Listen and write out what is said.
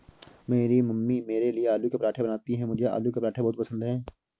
मेरी मम्मी मेरे लिए आलू के पराठे बनाती हैं मुझे आलू के पराठे बहुत पसंद है